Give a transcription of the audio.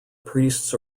priests